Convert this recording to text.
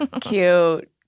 Cute